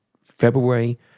February